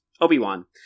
Obi-Wan